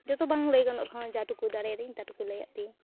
ᱡᱚᱛᱚ ᱵᱟᱝ ᱞᱟᱹᱭ ᱜᱟᱱᱚᱜ ᱨᱮᱦᱚᱸ ᱡᱟᱴᱩᱠᱩ ᱫᱟᱲᱮᱭᱫᱟᱹᱧ ᱛᱟᱴᱩᱠᱩ ᱞᱟᱹᱭᱟᱫ ᱯᱮᱭᱟᱹᱧ